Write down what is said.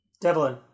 Devlin